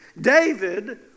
David